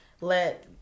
let